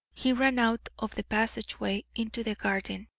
he ran out of the passageway into the garden,